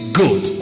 good